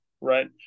right